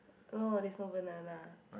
no it's not banana